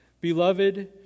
Beloved